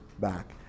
back